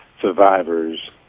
survivors